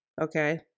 okay